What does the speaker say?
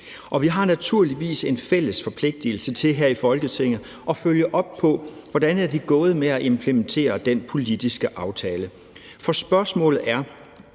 her i Folketinget en fælles forpligtelse til at følge op på, hvordan det er gået med at implementere den politiske aftale, for spørgsmålet er,